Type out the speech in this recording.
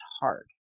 hard